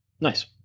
Nice